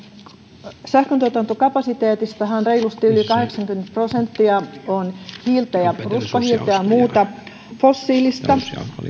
ohjannut uniperin sähköntuotantokapasiteetistahan reilusti yli kahdeksankymmentä prosenttia on ruskohiiltä ja muuta fossiilista